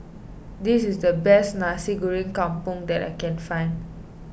this is the best Nasi Goreng Kampung that I can find